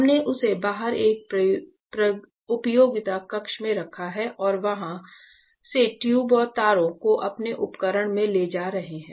हमने उसे बाहर एक उपयोगिता कक्ष में रखा है और हम वहां से ट्यूब और तारों को अपने उपकरण में ले जा रहे हैं